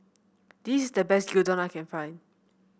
this is the best Gyudon I can find